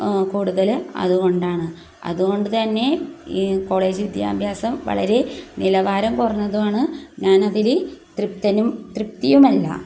കൂടുതൽ അതുകൊണ്ടാണ് അതുകൊണ്ട് തന്നെ ഈ കോളേജ് വിദ്യാഭ്യാസം വളരെ നിലവാരം കുറഞ്ഞതുമാണ് ഞാനതിൽ തൃപ്തനും തൃപ്തയുമല്ല